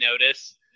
notice